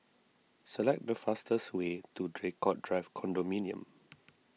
select the fastest way to Draycott Drive Condominium